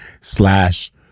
slash